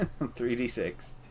3d6